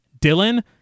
Dylan